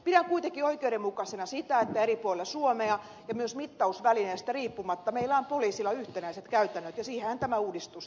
pidän kuitenkin oikeudenmukaisena sitä että eri puolilla suomea ja myös mittausvälineistä riippumatta meillä on poliisilla yhtenäiset käytännöt ja siihenhän tämä uudistus tähtää